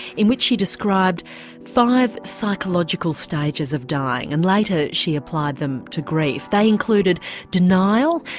in which she described five psychological stages of dying and later she applied them to grief. they included denial,